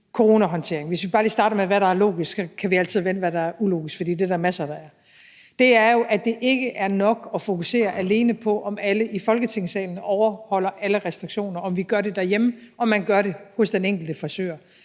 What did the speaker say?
coronahåndteringen, så kan vi vente med det, der er ulogisk, for det er der en masse, der er. Det, der er logisk, er jo, at det ikke er nok at fokusere alene på, om alle i Folketingssalen overholder alle restriktioner, om vi gør det derhjemme, og om man gør det hos den enkelte frisør.